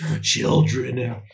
Children